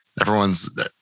everyone's